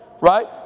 Right